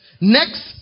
Next